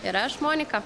ir aš monika